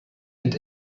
and